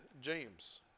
James